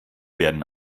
werden